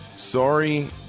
Sorry